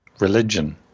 religion